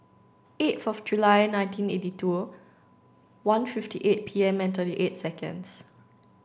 eighth of July nineteen eighty two one fifty eight P M and thirty eight seconds